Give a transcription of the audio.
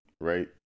right